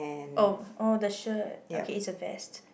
oh orh the shirt okay it's a vest